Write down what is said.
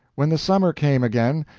when the summer came again,